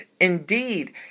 Indeed